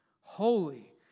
Holy